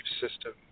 system